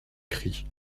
cri